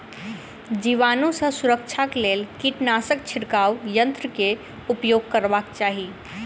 जीवाणु सॅ सुरक्षाक लेल कीटनाशक छिड़काव यन्त्र के उपयोग करबाक चाही